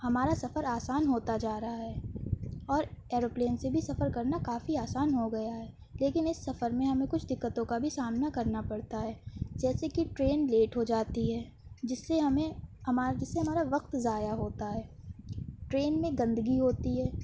ہمارا سفر آسان ہوتا جا رہا ہے اور ایروپلین سے بھی سفر کرنا کافی آسان ہوگیا ہے لیکن اس سفر میں ہمیں کچھ دقتوں کا بھی سامنا کرنا پڑتا ہے جیسے کہ ٹرین لیٹ ہو جاتی ہے جس سے ہمیں ہمار جس سے ہمارا وقت ضائع ہوتا ہے ٹرین میں گندگی ہوتی ہے